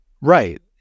Right